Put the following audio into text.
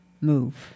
move